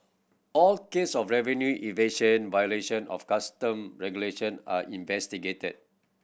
all case of revenue evasion violation of custom regulation are investigated